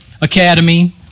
Academy